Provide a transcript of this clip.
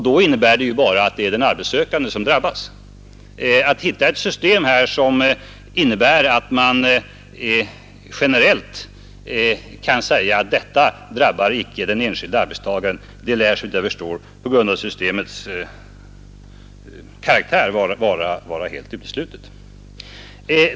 Det innebär ju bara att det är de arbetssökande som drabbas. Att hitta ett system som möjliggör att man generellt kan säga att den enskilde arbetstagaren icke drabbas lär såvitt jag kan förstå på grund av problemets karaktär vara helt uteslutet.